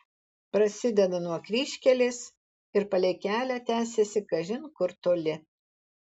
prasideda nuo kryžkelės ir palei kelią tęsiasi kažin kur toli